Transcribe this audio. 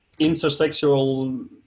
intersexual